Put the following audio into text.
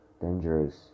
dangerous